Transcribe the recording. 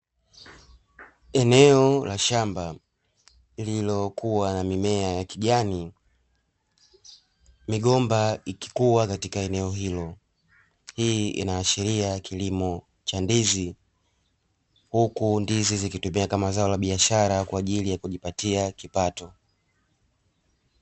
Eneo la shamba lililokua na mimea ya kijani, migomba ikikua katika eneo hilo, hii inaashiria kilimo cha ndizi huku ndizi zikitumika kama zao la biashara kwa ajili ya kujipatia kipato.